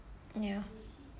ya